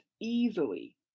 easily